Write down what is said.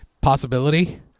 Possibility